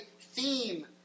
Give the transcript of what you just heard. theme